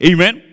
Amen